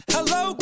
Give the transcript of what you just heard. Hello